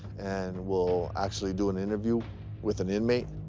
and we'll actually do an interview with an inmate.